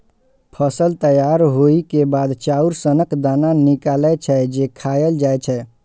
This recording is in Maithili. फसल तैयार होइ के बाद चाउर सनक दाना निकलै छै, जे खायल जाए छै